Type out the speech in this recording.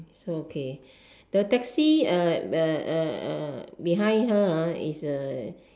so okay the taxi uh uh uh uh behind her is a